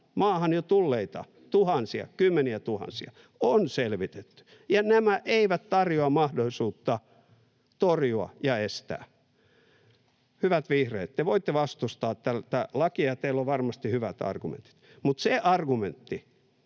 maahan jo tulleita tuhansia, kymmeniätuhansia. On selvitetty, ja nämä eivät tarjoa mahdollisuutta torjua ja estää. Hyvät vihreät, te voitte vastustaa tätä lakia, teillä on varmasti hyvät argumentit, mutta se argumentti,